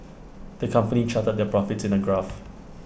the company charted their profits in A graph